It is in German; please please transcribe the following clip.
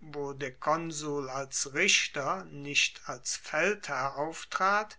der konsul als richter nicht als feldherr auftrat